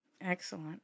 Excellent